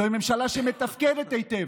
זוהי ממשלה שמתפקדת היטב.